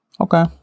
Okay